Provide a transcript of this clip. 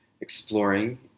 exploring